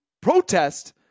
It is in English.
protest